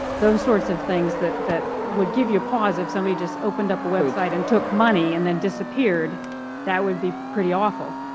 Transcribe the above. those sorts of things that that would give you pause. if somebody just opened up a web site and took money and then disappeared that would be pretty all